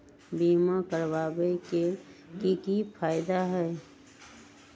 बीमा करबाबे के कि कि फायदा हई?